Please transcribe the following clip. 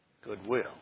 goodwill